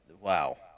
wow